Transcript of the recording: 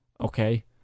okay